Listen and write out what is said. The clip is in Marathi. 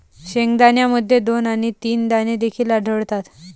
शेंगदाण्यामध्ये दोन आणि तीन दाणे देखील आढळतात